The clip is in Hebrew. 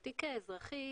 אותי כאזרחית,